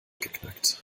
geknackt